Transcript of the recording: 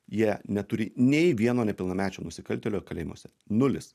jie neturi nei vieno nepilnamečio nusikaltėlio kalėjimuose nulis